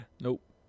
Nope